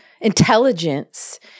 intelligence